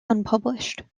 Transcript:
unpublished